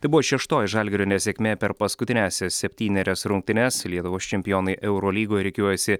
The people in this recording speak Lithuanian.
tai buvo šeštoji žalgirio nesėkmė per paskutiniąsias septynerias rungtynes lietuvos čempionai eurolygoje rikiuojasi